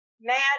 mad